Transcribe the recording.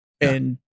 And-